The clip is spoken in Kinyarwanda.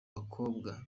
bakobwa